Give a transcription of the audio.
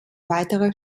weitere